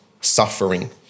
suffering